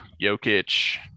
Jokic